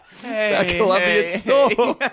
hey